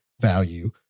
value